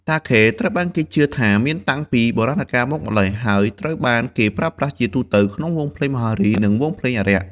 តាខេត្រូវបានគេជឿថាមានតាំងពីបុរាណកាលមកម្ល៉េះ ហើយត្រូវបានគេប្រើប្រាស់ជាទូទៅក្នុងវង់ភ្លេងមហោរី និងវង់ភ្លេងអារក្ស។